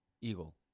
Eagle